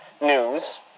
News